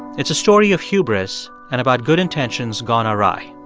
it's a story of hubris and about good intentions gone awry.